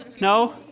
No